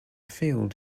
field